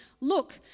look